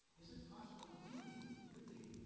is it possible, really, really,